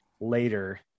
later